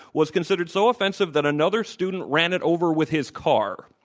was considered so offensive that another student ran it over with his car.